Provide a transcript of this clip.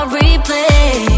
replay